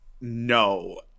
no